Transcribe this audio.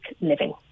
living